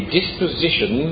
disposition